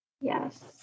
Yes